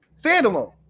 Standalone